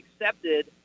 accepted